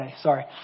Sorry